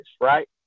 Right